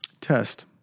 Test